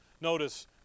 Notice